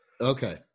Okay